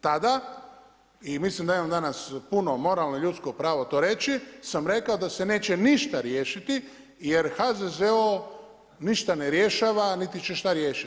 Tada, i mislim da imamo danas puno moralno ljudsko pravo to reći, sam rekao da se neće ništa riješiti, jer HZZO ništa ne rješava niti će šta riješiti.